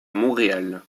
montréal